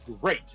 great